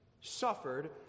suffered